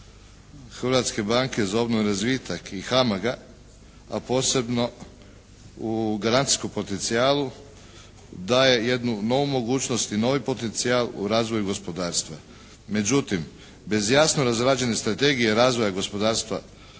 Hrvatske banke za obnovu i razvitak i HAMAG-a, a posebno u garancijskom potencijalu daje jednu novu mogućnost i novi potencijal u razvoju gospodarstva. Međutim, bez jasno razrađene strategije razvoja gospodarstva u